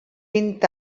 vint